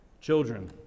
Children